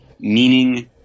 meaning